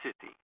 City